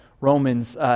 Romans